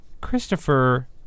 Christopher